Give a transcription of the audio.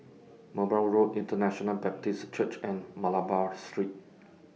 Merbau Road International Baptist Church and Malabar Street